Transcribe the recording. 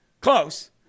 Close